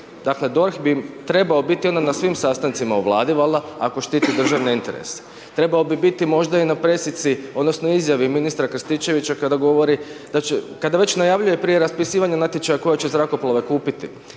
Dakle, DORH bi trebao biti onda na svim sastancima u Vladi valjda, ako štiti državne interese. Trebao bi biti možda i na pressici odnosno izjavi ministra Krstičevića kada govori, kada već najavljuje prije raspisivanja natječaja koja će zrakoplove kupiti,